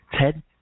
Ted